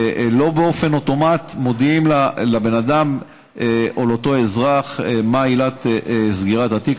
לא באופן אוטומטי מודיעים לבן אדם או לאותו אזרח מה עילת סגירת התיק.